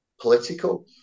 political